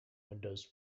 windows